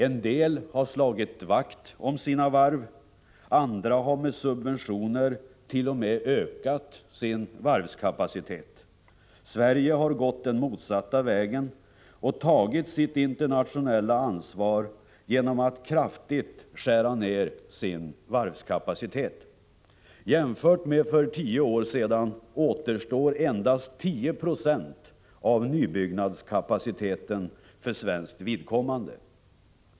En del har slagit vakt om sina varv, andra har med subventioner t.o.m. ökat sin varvskapacitet. Sverige har gått den motsatta vägen och tagit sitt internationella ansvar genom att kraftigt skära ned sin varvskapacitet. Jämfört med för tio år sedan återstår endast 10 20 av nybyggnadskapaciteten för svenskt vidkommande.